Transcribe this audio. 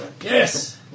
Yes